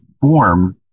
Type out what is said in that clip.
form